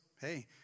hey